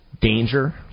Danger